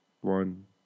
one